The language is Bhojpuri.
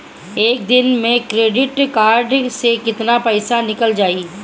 एक दिन मे क्रेडिट कार्ड से कितना पैसा निकल जाई?